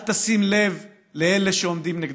אל תשים לב לאלה העומדים נגדך.